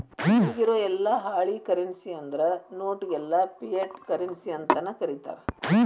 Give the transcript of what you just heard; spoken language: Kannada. ಇಗಿರೊ ಯೆಲ್ಲಾ ಹಾಳಿ ಕರೆನ್ಸಿ ಅಂದ್ರ ನೋಟ್ ಗೆಲ್ಲಾ ಫಿಯಟ್ ಕರೆನ್ಸಿ ಅಂತನ ಕರೇತಾರ